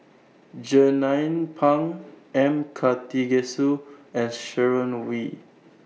Jernnine Pang M Karthigesu and Sharon Wee